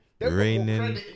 Raining